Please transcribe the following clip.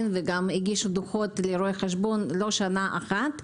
והגישו דוחות לרואה חשבון לא שנה אחת.